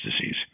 disease